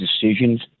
decisions